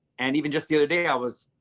and even just the other day i was,